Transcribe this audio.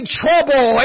trouble